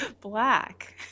Black